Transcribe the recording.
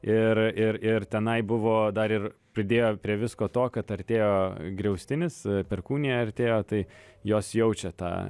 ir ir ir tenai buvo dar ir pridėjo prie visko to kad artėjo griaustinis perkūnija artėjo tai jos jaučia tą